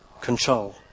control